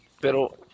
pero